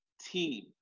team